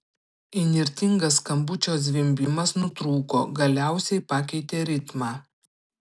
įnirtingas skambučio zvimbimas nutrūko galiausiai pakeitė ritmą